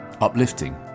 uplifting